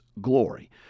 glory